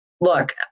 look